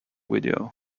video